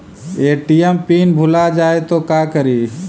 ATM pin भुला जाए तो का करी?